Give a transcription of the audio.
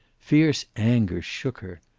fierce anger shook her.